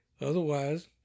otherwise